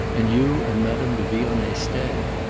and you and madame de vionnet stay.